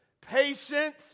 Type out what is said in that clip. patience